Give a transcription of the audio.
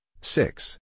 six